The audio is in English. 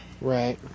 Right